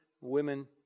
women